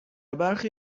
برخی